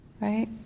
right